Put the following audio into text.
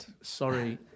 Sorry